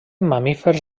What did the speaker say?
mamífers